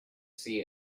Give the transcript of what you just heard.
see